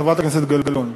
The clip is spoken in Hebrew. חברת הכנסת גלאון.